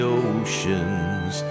oceans